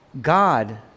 God